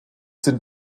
sind